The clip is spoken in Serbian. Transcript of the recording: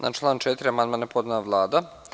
Na član 4. amandman je podnela Vlada.